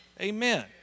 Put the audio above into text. Amen